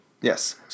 Yes